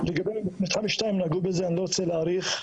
לגבי מתחם 2, נגעו בזה, אני לא רוצה להאריך.